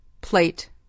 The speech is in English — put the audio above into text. Plate